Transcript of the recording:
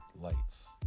lights